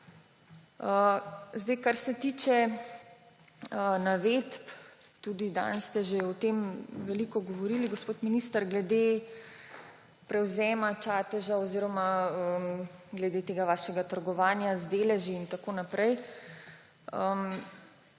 Kar se tiče navedb, tudi danes ste že o tem veliko govorili, gospod minister, glede prevzema Čateža oziroma glede vašega trgovanja z deleži in tako naprej.